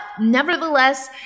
nevertheless